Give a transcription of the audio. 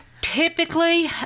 Typically